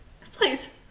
Please